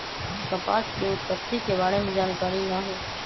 कपास के उत्पत्ति के बारे में जानकारी न हइ